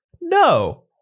No